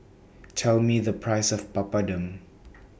Tell Me The Price of Papadum